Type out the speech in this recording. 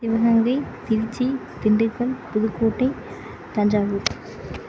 Sivaganga Tiruchi Dindigul Pudukkottai Thanjavur